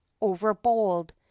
overbold